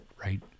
right